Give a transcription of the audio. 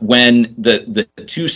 when that two